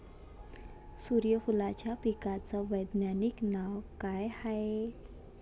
सुर्यफूलाच्या पिकाचं वैज्ञानिक नाव काय हाये?